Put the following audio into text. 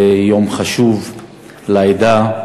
זה יום חשוב לעדה,